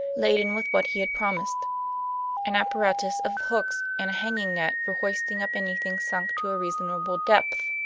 laden with what he had promised an apparatus of hooks and a hanging net for hoisting up anything sunk to a reasonable depth.